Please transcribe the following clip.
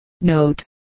Note